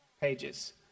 pages